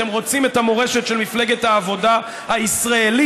אתם רוצים את המורשת של מפלגת העבודה הישראלית,